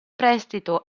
prestito